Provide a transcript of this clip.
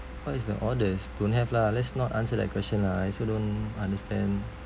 what is the oddest don't have lah let's not answer that question lah I also don't understand